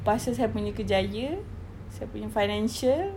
pasal saya punya kerjaya saya punya financial